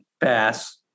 Pass